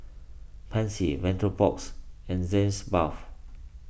Pansy Vapodrops and Sitz Bath